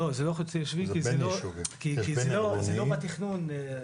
לא, זה לא חוצה-יישובי כי זה לא בתוך התכנון.